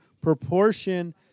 proportion